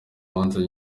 manza